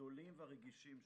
הגדולים והרגישים שלנו.